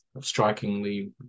strikingly